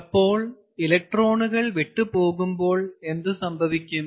അപ്പോൾ ഇലക്ട്രോണുകൾ വിട്ടുപോകുമ്പോൾ എന്ത് സംഭവിക്കും